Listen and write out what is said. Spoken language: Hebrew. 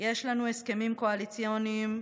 יש לנו הסכמים קואליציוניים,